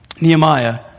Nehemiah